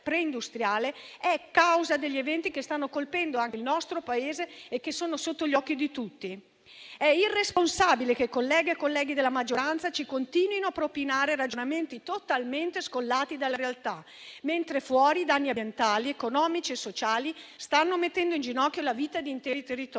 pre-industriale è causa degli eventi che stanno colpendo anche il nostro Paese e che sono sotto gli occhi di tutti. È irresponsabile che colleghe e colleghi della maggioranza ci continuino a propinare ragionamenti totalmente scollati dalla realtà, mentre fuori danni ambientali, economici e sociali stanno mettendo in ginocchio la vita di interi territori.